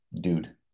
dude